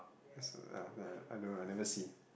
I don't know I never see